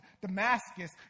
Damascus